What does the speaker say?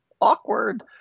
awkward